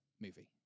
movie